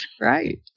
Right